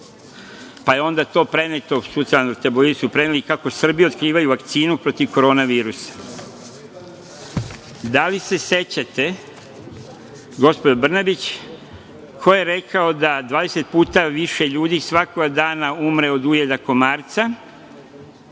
Pa je onda to preneto, tabloidi su preneli kako u Srbiji otkrivaju vakcinu protiv Koronavirusa? Da li se sećate, gospođo Brnabić, ko je rekao da dvadeset puta više ljudi svakoga dana umre od ujeda komarca